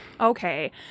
Okay